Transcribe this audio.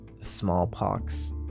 Smallpox